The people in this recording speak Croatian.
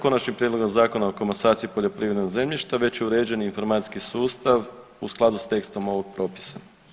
Konačnim prijedlogom Zakona o komasaciji poljoprivrednog zemljišta već je uređen informacijski sustav u skladu s tekstom ovog propisa.